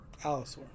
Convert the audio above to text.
allosaur